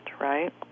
right